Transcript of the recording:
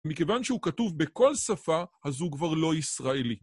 מכיוון שהוא כתוב בכל שפה, אז הוא כבר לא ישראלי.